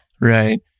right